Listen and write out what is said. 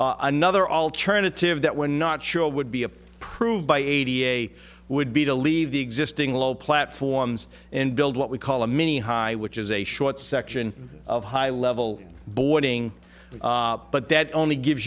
another alternative that we're not sure would be approved by eighty a would be to leave the existing low platforms and build what we call a mini high which is a short section of high level boarding but that only gives